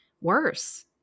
worse